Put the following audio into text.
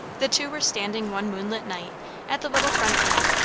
the two were standing one moonlight night at the little front gate,